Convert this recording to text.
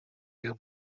ihren